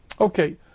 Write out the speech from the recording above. Okay